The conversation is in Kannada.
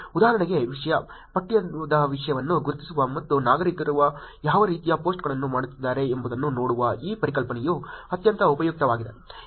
ಉದಾಹರಣೆಗೆ ವಿಷಯ ಪಠ್ಯದ ವಿಷಯವನ್ನು ಗುರುತಿಸುವ ಮತ್ತು ನಾಗರಿಕರು ಯಾವ ರೀತಿಯ ಪೋಸ್ಟ್ಗಳನ್ನು ಮಾಡುತ್ತಿದ್ದಾರೆ ಎಂಬುದನ್ನು ನೋಡುವ ಈ ಪರಿಕಲ್ಪನೆಯು ಅತ್ಯಂತ ಉಪಯುಕ್ತವಾಗಿದೆ